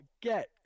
get